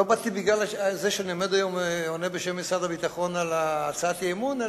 לא באתי בגלל זה שאני עונה היום בשם משרד הביטחון על הצעת האי-אמון,